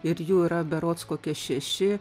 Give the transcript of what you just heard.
ir jų yra berods kokie šeši